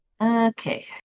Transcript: Okay